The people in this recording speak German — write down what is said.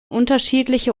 unterschiedliche